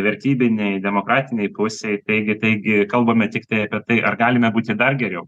vertybinėj demokratinėj pusėj taigi taigi kalbame tiktai apie tai ar galime būti dar geriau